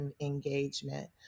engagement